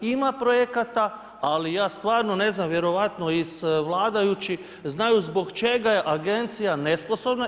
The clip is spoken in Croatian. Ima projekata, ali ja stvarno ne znam vjerojatno iz vladajući znaju zbog čega je Agencija nesposobna?